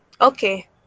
Okay